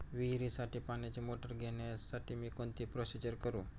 विहिरीसाठी पाण्याची मोटर घेण्यासाठी मी कोणती प्रोसिजर करु?